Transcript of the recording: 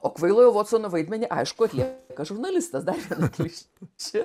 o kvailojo votsono vaidmenį aišku atlieka žurnalistas dar viena kliš šė